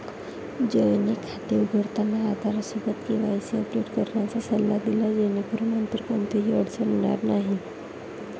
जयने खाते उघडताना आधारसोबत केवायसी अपडेट करण्याचा सल्ला दिला जेणेकरून नंतर कोणतीही अडचण येणार नाही